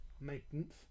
maintenance